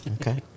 Okay